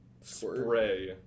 spray